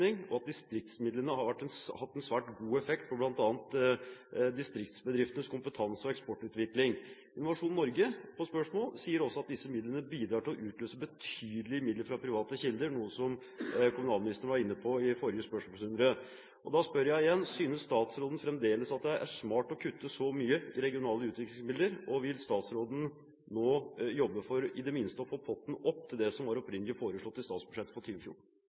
og distriktsmidlene har gitt en svært god effekt for bl.a. distriktsbedriftenes kompetanse og eksportutvikling. Innovasjon Norge sier også, på spørsmål, at disse midlene bidrar til å utløse betydelige midler fra private kilder, noe som kommunalministeren var inne på i forrige spørsmålsrunde. Da spør jeg igjen: Synes statsråden fremdeles at det er smart å kutte så mye i regionale utviklingsmidler? Vil statsråden nå jobbe for i det minste å få potten opp til det som var opprinnelig foreslått i statsbudsjettet for